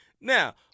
Now